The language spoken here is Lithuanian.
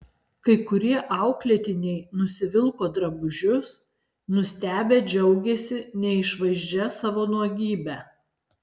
kai kurie auklėtiniai nusivilko drabužius nustebę džiaugėsi neišvaizdžia savo nuogybe